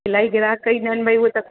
इलाही ग्राहक ईंदा आहिनि भई उहे त